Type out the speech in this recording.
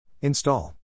Install